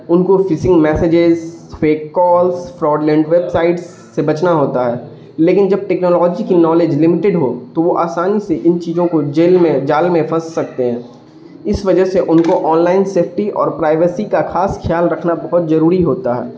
ان کو phishing messages fake calls fraudulent website سے بچنا ہوتا ہے لیکن جب ٹیکنالوجی کی نالج لمیٹیڈ ہو تو وہ آسانی سے ان چیزوں کو جیل میں جال میں پھنس سکتے ہیں اس وجہ سے ان کو آن لائن سیفٹی اور پرائیویسی کا خاص خیال رکھنا بہت ضروری ہوتا ہے